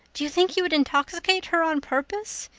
do you think you would intoxicate her on purpose?